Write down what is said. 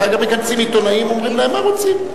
אחר כך מכנסים עיתונאים ואומרים להם מה רוצים.